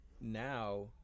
now